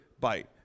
bite